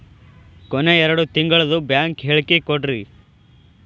ಕೊನೆ ಎರಡು ತಿಂಗಳದು ಬ್ಯಾಂಕ್ ಹೇಳಕಿ ಕೊಡ್ರಿ